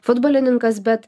futbolininkas bet